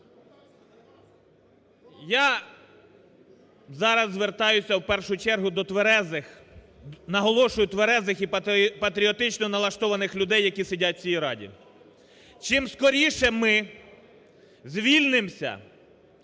Я зараз звертаюся в першу чергу до тверезих, наголошую, тверезих і патріотично налаштованих людей, які сидять в цій раді. Чим скоріше ми звільнимося